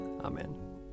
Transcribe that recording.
Amen